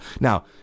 now